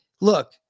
Look